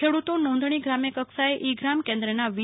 ખેડુતો નોંધણી ગ્રામ્ય કક્ષાએ ઈ ગ્રામ કેન્દ્રના વી